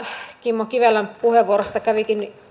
kimmo kivelän puheenvuorosta kävikin